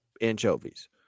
anchovies